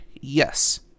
Yes